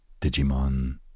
Digimon